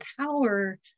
power